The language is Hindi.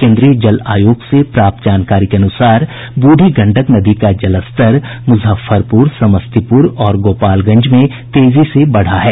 केन्द्रीय जल आयोग से प्राप्त जानकारी के अनुसार बूढ़ी गंडक नदी का जलस्तर मुजफ्फरपुर समस्तीपुर और गोपालगंज में तेजी से बढ़ा है